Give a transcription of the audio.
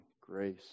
grace